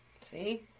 see